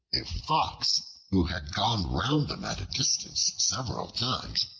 a fox, who had gone round them at a distance several times,